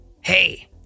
hey